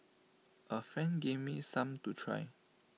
A friend gave me some to try